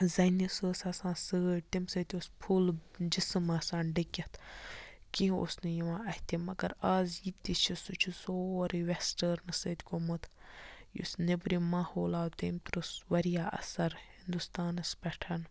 زَنہِ سُہ ٲس آسان سٲڑۍ تمہِ سۭتۍ اوس فُل جِسٕم آسان ڈٔکِتھ کینٛہہ اوس نہٕ یِوان اَتھِ مگر اَز یہِ تہِ چھِ سُہ چھِ سورُے وٮ۪سٹٲرنہٕ سۭتۍ گوٚمُت یُس نیٚبرِم ماحول آو تٔمۍ ترٛوو واریاہ اَثر ہِنٛدُستانَس پٮ۪ٹھ